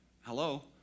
hello